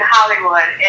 Hollywood